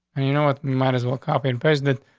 and you know what matters will copy and president.